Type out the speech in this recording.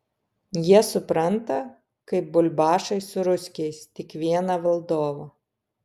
jie supranta kaip bulbašai su ruskiais tik vieną valdovą